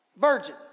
virgin